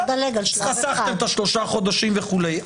חסכתם שלושה חודשים וכולי.